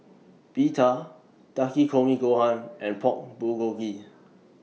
Pita Takikomi Gohan and Pork Bulgogi